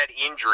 injury